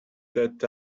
that